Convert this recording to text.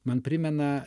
man primena